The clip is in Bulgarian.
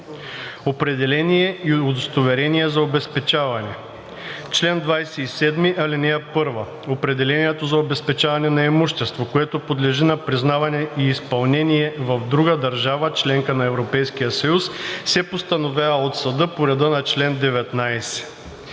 Определение и удостоверение за обезпечаване Чл. 27. (1) Определението за обезпечаване на имущество, което подлежи на признаване и изпълнение в друга държава – членка на Европейския съюз, се постановява от съда по реда на чл. 19.